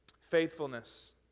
Faithfulness